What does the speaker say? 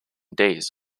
days